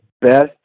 best